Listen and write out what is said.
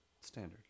Standard